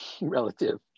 relative